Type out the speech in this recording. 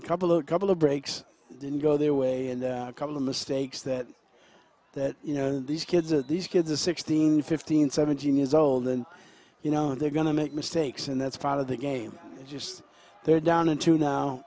a couple a couple of breaks didn't go their way and a couple of mistakes that that you know these kids that these kids are sixteen fifteen seventeen years old and you know they're going to make mistakes and that's part of the game just their down into now